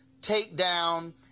takedown